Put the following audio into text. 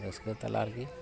ᱨᱟᱹᱥᱠᱟᱹ ᱛᱟᱞᱟᱨᱮᱜᱮ